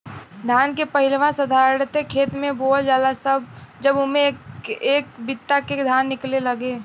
धान के पहिलवा साधारणे खेत मे बोअल जाला जब उम्मे एक एक बित्ता के धान निकले लागे